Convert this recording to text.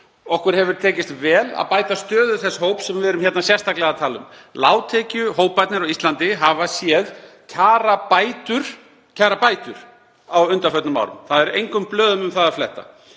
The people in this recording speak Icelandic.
Okkur hefur tekist vel að bæta stöðu þess hóps sem við erum sérstaklega að tala um. Lágtekjuhóparnir á Íslandi hafa séð kjarabætur á undanförnum árum, það er engum blöðum um það að fletta.